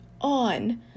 on